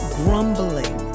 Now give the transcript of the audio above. grumbling